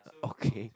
okay